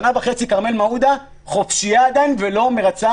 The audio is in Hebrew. שנה וחצי כרמל מעודה חופשיה עדיין ולא מרצה